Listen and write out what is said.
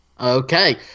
Okay